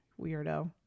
Weirdo